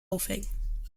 aufhängen